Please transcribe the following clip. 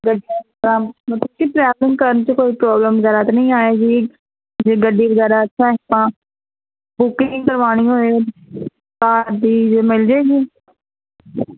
ਕਰਨ 'ਤੇ ਕੋਈ ਪ੍ਰੋਬਲਮ ਵਗੈਰਾ ਤਾ ਨਹੀਂ ਆਏਗੀ ਜੇ ਗੱਡੀ ਵਗੈਰਾ ਅੱਛਾ ਤਾਂ ਬੁਕਿੰਗ ਕਰਵਾਉਣੀ ਹੋਏ ਤਾਂ ਵੀ ਮਿਲ ਜਾਵੇਗੀ